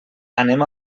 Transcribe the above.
anem